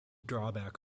drawback